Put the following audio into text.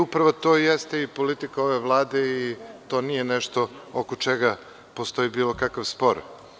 Upravo to i jeste politika ove Vlade i to nije nešto oko čega postoji bilo kakav spor.